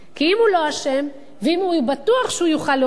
כי אם הוא לא אשם ואם הוא בטוח שהוא יוכל להוכיח